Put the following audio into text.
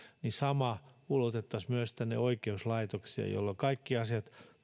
eli ulotettaisiin sama myös tänne oikeuslaitokseen jolloin kaikki asiat